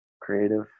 creative